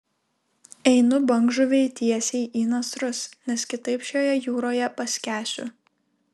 einu bangžuvei tiesiai į nasrus nes kitaip šioje jūroje paskęsiu